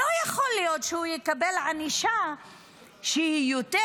לא יכול להיות שהוא יקבל ענישה שהיא יותר